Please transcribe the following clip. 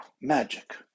magic